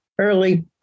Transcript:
Early